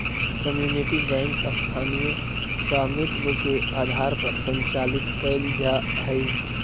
community bank स्थानीय स्वामित्व के आधार पर संचालित कैल जा हइ